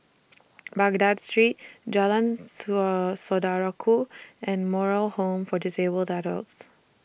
Baghdad Street Jalan Saw Saudara Ku and Moral Home For Disabled Adults